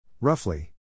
Roughly